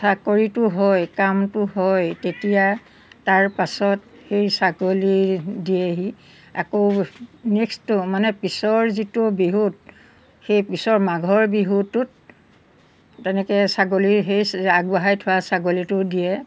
চাকৰিটো হয় কামটো হয় তেতিয়া তাৰ পাছত সেই ছাগলী দিয়েহি আকৌ নেক্সটো মানে পিছৰ যিটো বিহুত সেই পিছৰ মাঘৰ বিহুটোত তেনেকৈ ছাগলীৰ সেই আগবঢ়াই থোৱা ছাগলীটো দিয়ে